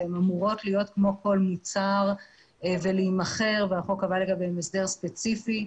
שאמורות להיות כמו כל מוצר ולהימכר והחוק קבע לגביהן הסדר ספציפי.